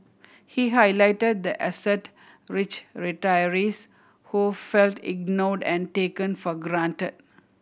he highlighted the asset rich retirees who felt ignored and taken for granted